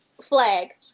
flag